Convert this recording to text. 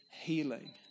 healing